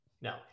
No